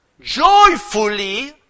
joyfully